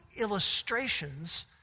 illustrations